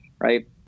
right